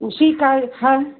उसी का एक है